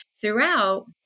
throughout